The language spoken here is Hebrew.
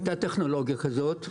הייתה טכנולוגיה כזאת,